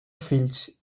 fills